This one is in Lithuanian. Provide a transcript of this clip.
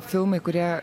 filmai kurie